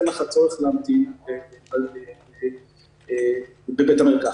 אין לך צורך להמתין בבית המרקחת.